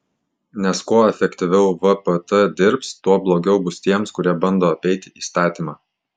nes kuo efektyviau vpt dirbs tuo blogiau bus tiems kurie bando apeiti įstatymą